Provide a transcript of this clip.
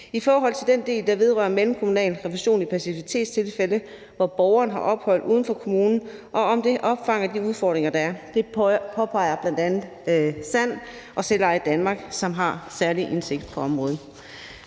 i forhold til den del, der vedrører mellemkommunal refusion i passivitetstilfælde, hvor borgeren har ophold uden for kommunen, og om det opfanger de udfordringer, der er. Det påpeger bl.a. SAND og Selveje Danmark, som har særlig indsigt på området.